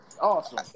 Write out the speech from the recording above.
Awesome